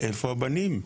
איפה הבנים?